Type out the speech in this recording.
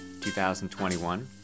2021